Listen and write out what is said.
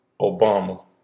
Obama